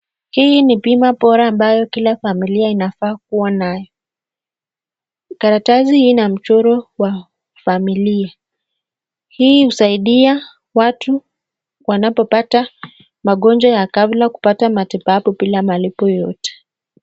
Hii ni bima bora ambayo kila familia inafaa kuwa nayo. Karatasi hii ina mchoro wa familia. Hii hunasaidia watu wanapopata magonjwa ya ghafla kupata matibabu bila malipo yoyote.